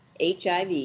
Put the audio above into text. HIV